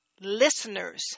listeners